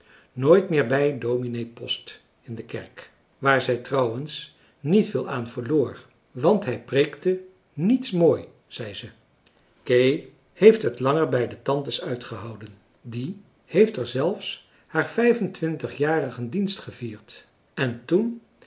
nooit meer bij dominee post in de kerk waar zij trouwens niet veel aan verloor want hij preekte niets mooi zei ze kee heeft het langer bij de tantes uitgehouden die heeft er zelfs haar vijfentwintigjarigen dienst gevierd en toen